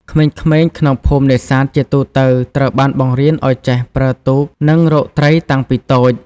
ក្មេងៗក្នុងភូមិនេសាទជាទូទៅត្រូវបានបង្រៀនឱ្យចេះ ប្រើទូក និងរកត្រីតាំងពីតូច។